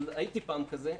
אבל הייתי פעם כזה,